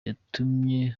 yatumye